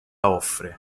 offre